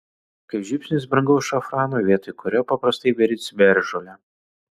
kaip žiupsnis brangaus šafrano vietoj kurio paprastai beri ciberžolę